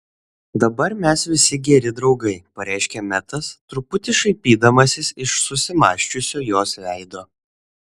dabar mes visi geri draugai pareiškė metas truputį šaipydamasis iš susimąsčiusio jos veido